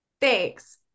Thanks